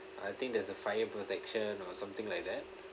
I think there's a fire protection or something like that